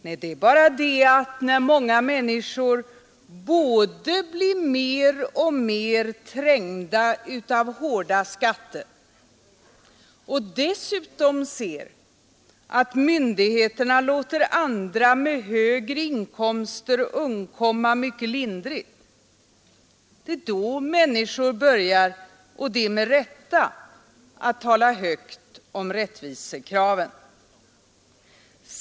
Nej, det är bara det att när många människor både blir mer och mer trängda av hårda skatter och dessutom ser att myndigheterna låter andra med högre inkomster undkomma mycket lindrigt, så börjar de med rätta att tala högt om rättvisekraven.